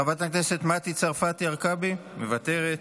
חברת הכנסת מטי צרפתי הרכבי, מוותרת.